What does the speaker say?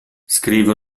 scrive